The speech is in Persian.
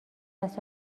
است